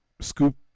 scoop